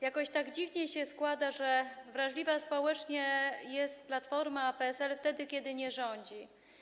Jakoś tak dziwnie się składa, że wrażliwe społecznie Platforma i PSL są wtedy, kiedy nie rządzą.